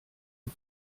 die